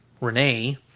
Renee